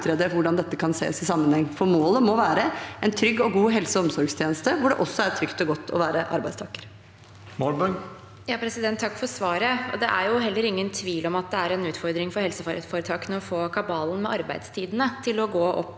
målet må være en trygg og god helse- og omsorgstjeneste, hvor det også er trygt og godt å være arbeidstaker.